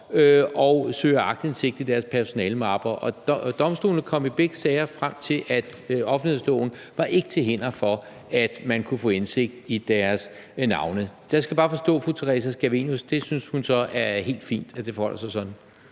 og søger aktindsigt i deres personalemapper. Og domstolene kom i begge sager frem til, at offentlighedsloven ikke var til hinder for, at man kunne få indsigt i deres navne. Så jeg skal bare forstå, om fru Theresa Scavenius synes, det er helt fint, at det forholder sig sådan.